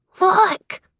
look